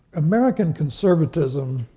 american conservatism,